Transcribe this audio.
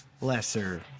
lesser